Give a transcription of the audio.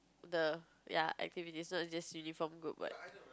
the ya activities so it's just uniform group but